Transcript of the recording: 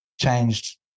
changed